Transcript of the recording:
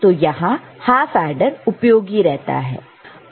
तो यहां half adder उपयोगी रहता है